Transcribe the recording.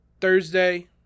Thursday